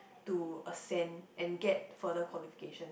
to ascend and get further qualification